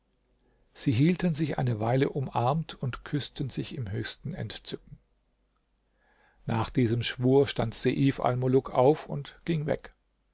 sie hielten sich eine weile umarmt und küßten sich im höchsten entzücken nach diesem schwur stand seif almuluk auf und ging weg